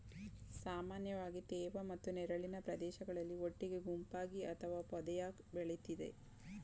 ಸಾಮಾನ್ಯವಾಗಿ ತೇವ ಮತ್ತು ನೆರಳಿನ ಪ್ರದೇಶಗಳಲ್ಲಿ ಒಟ್ಟಿಗೆ ಗುಂಪಾಗಿ ಅಥವಾ ಪೊದೆಯಾಗ್ ಬೆಳಿತದೆ